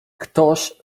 ktoś